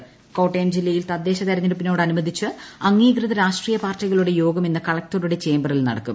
തദ്ദേശം കോട്ടയം കോട്ടയം ജില്ലയിൽ തദ്ദേശ തെരഞ്ഞെടുപ്പിനോടനുബന്ധിച്ച് അംഗീകൃത രാഷ്ട്രീയ പാർട്ടികളുടെ യോഗം ഇന്ന് കളക്ടറുടെ ചേംബറിൽ നടക്കും